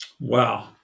wow